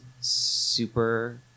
super